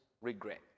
regret